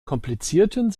komplizierten